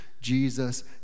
Jesus